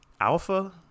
Alpha